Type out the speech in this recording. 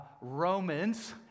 Romans